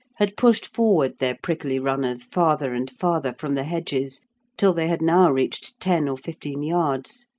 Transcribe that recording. had pushed forward their prickly runners farther and farther from the hedges till they had now reached ten or fifteen yards.